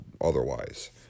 otherwise